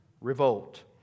Revolt